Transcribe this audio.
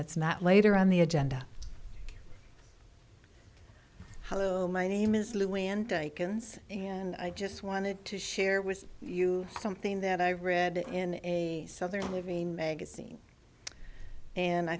that's not later on the agenda hello my name is lou and i can and i just wanted to share with you something that i read in a southern living magazine and i